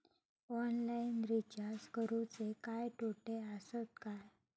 Online recharge करुचे काय तोटे आसत काय?